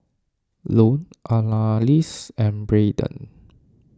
Lone Annalise and Braeden